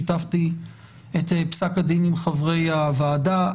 שיתפתי את פסק הדין עם חברי הוועדה.